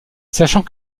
sachant